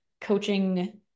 coaching